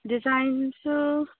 ꯗꯤꯖꯥꯏꯟꯁꯨ